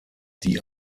die